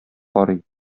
карый